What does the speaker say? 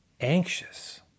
anxious